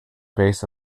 base